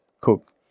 cook